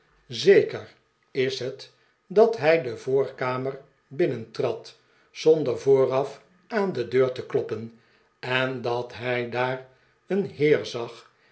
zeker is het dat hij de voorkamer binnentrad zonder vooraf aan de deur te kloppen en dat hij daar een heer zag